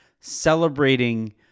celebrating